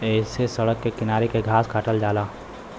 ऐसे सड़क के किनारे के घास काटल जाला